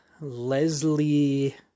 Leslie